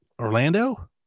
Orlando